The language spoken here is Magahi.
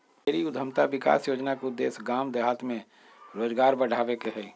डेयरी उद्यमिता विकास योजना के उद्देश्य गाम देहात में रोजगार बढ़ाबे के हइ